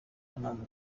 ntazo